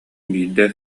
биирдэ